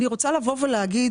אני רוצה לומר שוב,